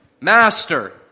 Master